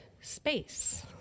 space